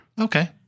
Okay